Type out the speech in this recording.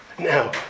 now